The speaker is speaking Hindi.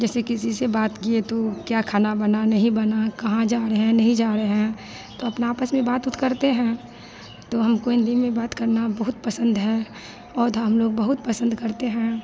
जैसे किसी से बात किए तो क्या खाना बना नहीं बना कहाँ जा रहे हैं या नहीं जा रहे हैं तो अपना आपस में बात उत करते हैं तो हमको हिन्दी में बात करना बहुत पसन्द है और हमलोग बहुत पसन्द करते हैं